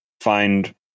find